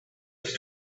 his